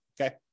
okay